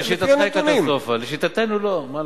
לשיטתך יש קטסטרופה, לשיטתנו לא.